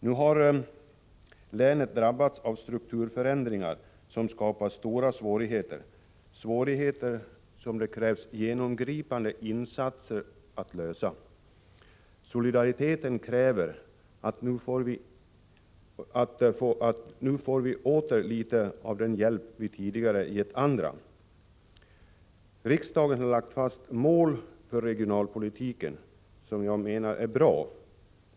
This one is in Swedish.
Nu har länet drabbats av strukturförändringar som skapar stora svårigheter, svårigheter som det krävs genomgripande insatser för att komma ifrån. Solidariteten kräver nu att vi får litet av den hjälp som vi tidigare gett andra. Riksdagen har lagt fast mål för regionalpolitiken som jag menar är bra.